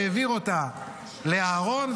העביר אותה לאהרן,